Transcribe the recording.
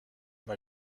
mal